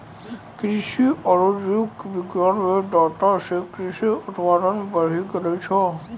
कृषि आरु जीव विज्ञान मे डाटा से कृषि उत्पादन बढ़ी गेलो छै